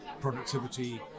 productivity